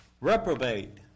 Reprobate